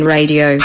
Radio